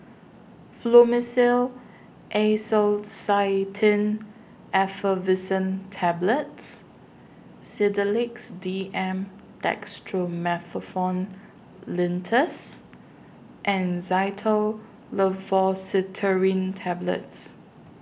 Fluimucil Acetylcysteine Effervescent Tablets Sedilix D M Dextromethorphan Linctus and Tablets